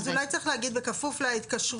אז אולי צריך להגיד בכפוף להתקשרות,